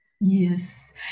Yes